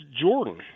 jordan